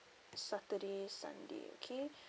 saturday sunday okay